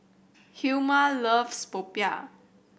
Hilma loves popiah